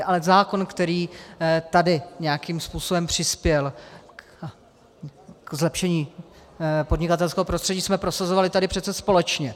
Ale zákon, který tady nějakým způsobem přispěl k zlepšení podnikatelského prostředí, jsme tady prosazovali přece společně.